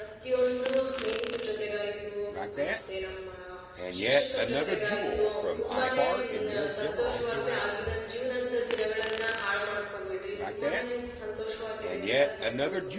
ಪ್ರತಿಯೊಂದು ಸ್ನೇಹಿತರ ಜೊತೆಗಾಯಿತು ಮತ್ತು ನಮ್ಮ ಶಿಕ್ಷಕರ ಜೊತೆಗಾಯಿತು ತುಂಬಾ ಸಂತೋಷವಾಗಿ ಆಗಿನ ಜೀವನದ ದಿನಗಳನ್ನು ಹಾಳು ಮಾಡ್ಕೊಬೇಡಿರಿ ತುಂಬ ಸಂತೋಷವಾಗಿರಿ ಅಂತ ಹೇಳ್ಬೋದು